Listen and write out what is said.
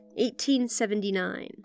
1879